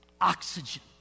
Oxygen